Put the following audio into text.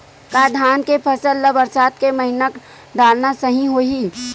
का धान के फसल ल बरसात के महिना डालना सही होही?